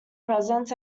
presents